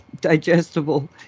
digestible